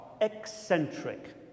eccentric